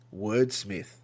wordsmith